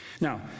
Now